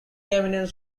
eminent